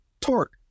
torque